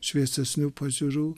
šviesesnių pažiūrų